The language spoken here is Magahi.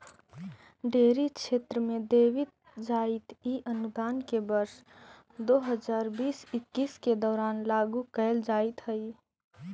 डेयरी क्षेत्र में देवित जाइत इ अनुदान के वर्ष दो हज़ार बीस इक्कीस के दौरान लागू कैल जाइत हइ